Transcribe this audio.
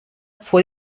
fue